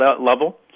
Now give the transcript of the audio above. level